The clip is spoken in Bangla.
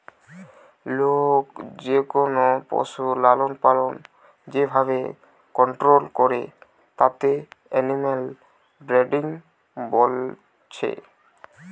লোক যেকোনো পশুর লালনপালন যে ভাবে কন্টোল করে তাকে এনিম্যাল ব্রিডিং বলছে